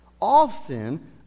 Often